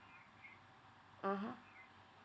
mmhmm